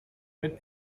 mit